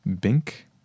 Bink